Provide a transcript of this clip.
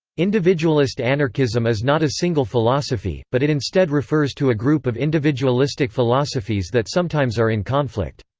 individualist anarchism is not a single philosophy, but it instead refers to a group of individualistic philosophies that sometimes are in conflict.